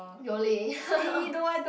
Yole